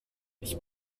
ich